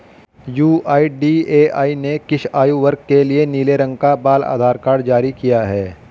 UIDAI ने किस आयु वर्ग के लिए नीले रंग का बाल आधार कार्ड जारी किया है?